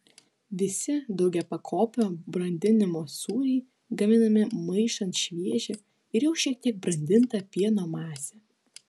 visi daugiapakopio brandinimo sūriai gaminami maišant šviežią ir jau šiek tiek brandintą pieno masę